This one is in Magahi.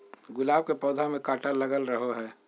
गुलाब के पौधा में काटा लगल रहो हय